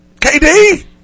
KD